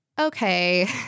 okay